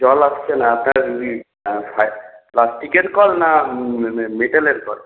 জল আসছে না আপনার আর প্লাস্টিকের কল না মেটালের কল